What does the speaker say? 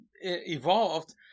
evolved